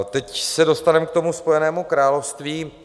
Teď se dostaneme k tomu Spojenému království.